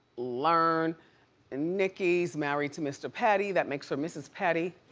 learn. and nicki's married to mr. petty, that makes her mrs. petty.